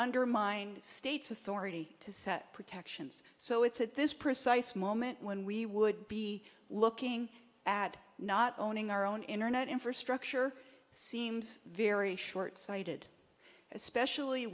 undermine states authority to set protections so it's at this precise moment when we would be looking at not owning our own internet infrastructure seems very shortsighted especially